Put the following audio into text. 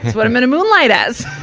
what i'm gonna moonlight as.